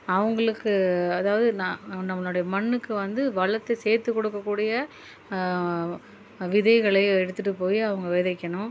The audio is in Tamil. அவங்களுக்கு அதாவது நான் நம்மளுடைய மண்ணுக்கு வந்து வளர்த்த சேது கொடுக்கக்கூடிய விதைகளை எடுத்துகிட்டு போய் அவங்க விதைக்கணும்